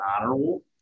honorable